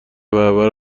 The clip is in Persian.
برابر